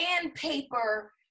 sandpaper